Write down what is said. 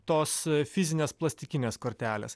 tos fizinės plastikinės kortelės